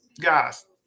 Guys